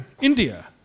India